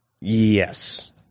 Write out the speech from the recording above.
Yes